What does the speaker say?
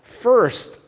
first